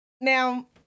now